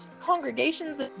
congregations